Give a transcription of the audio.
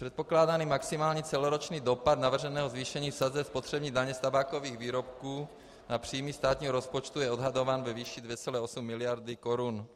Předpokládaný maximální celoroční dopad navrženého zvýšení sazeb spotřební daně z tabákových výrobků na příjmy státního rozpočtu je odhadován ve výši 2,8 miliardy korun.